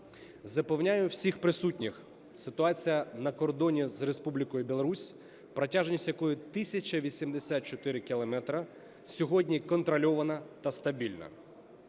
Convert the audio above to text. Запевняю всіх присутніх, ситуація на кордоні з Республікою Білорусь, протяжність якої 1 тисяча 84 кілометри, сьогодні контрольована та стабільна.